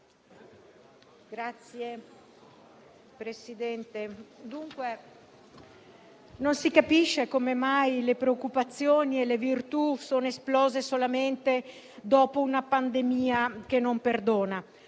Signor Presidente, non si capisce come mai le preoccupazioni e le virtù siano esplose solamente dopo una pandemia che non perdona.